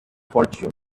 fortune